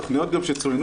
התכניות שצוינו